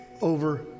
over